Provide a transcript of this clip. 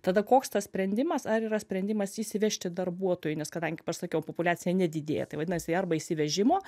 tada koks tas sprendimas ar yra sprendimas įsivežti darbuotojų nes kadangi pasakiau populiacija nedidėja tai vadinasi arba įsivežimo